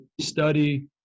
study